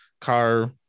car